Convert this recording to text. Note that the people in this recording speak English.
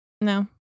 No